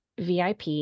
VIP